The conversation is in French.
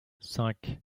cinq